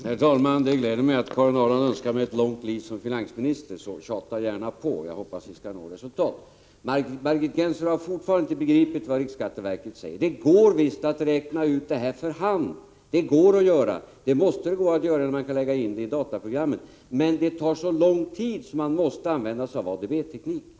Herr talman! Det glädjer mig att Karin Ahrland önskar mig ett långt liv som finansminister, så tjata gärna på. Jag hoppas att vi skall nå resultat. Margit Gennser har fortfarande inte begripit vad riksskatteverket säger. Naturligtvis går det att göra uträkningarna för hand. Det måste gå att göra det, för att man skall kunna lägga in detta i dataprogrammet. Men att göra varje uträkning för hand skulle ta alldeles för lång tid, och därför måste man använda ADB-tekniken.